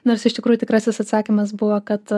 nors iš tikrųjų tikrasis atsakymas buvo kad